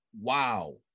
wow